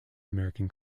american